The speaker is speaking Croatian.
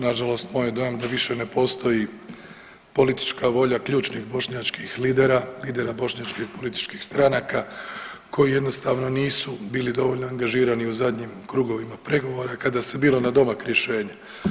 Nažalost moj je dojam da više ne postoji politička volja ključnih bošnjačkih lidera, lidera bošnjačkih političkih stranaka koji jednostavno nisu bili dovoljno angažirani u zadnjim krugovima pregovora kada se bilo na domak rješenja.